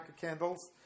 candles